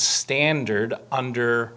standard under